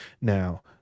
Now